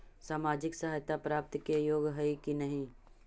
सामाजिक सहायता प्राप्त के योग्य हई कि नहीं?